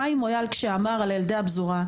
כשחיים מויאל דיבר על ילדי הפזורה,